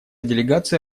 делегация